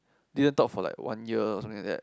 didn't talk for like one year or something like that